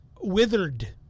Withered